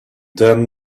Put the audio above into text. then